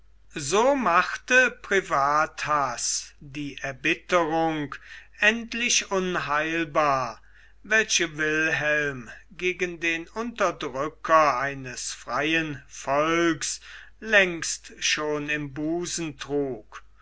so machte privathaß die erbitterung endlich unheilbar welche wilhelm gegen den unterdrücker eines freien volks längst schon im busen trug